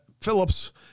Phillips